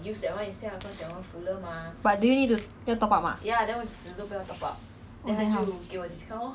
but do you need to 要 top up mah oh 还好